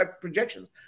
projections